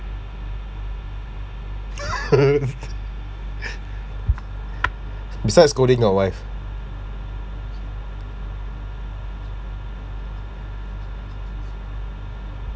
besides scolding your wife